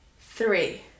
three